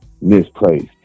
misplaced